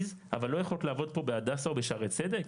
אבל לא יכולות לעבוד פה בהדסה או בשערי צדק?